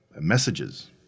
messages